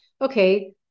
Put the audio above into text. okay